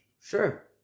sure